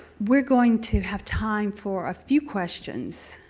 we're going to have time for a few questions.